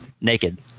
naked